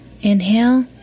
Inhale